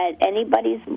anybody's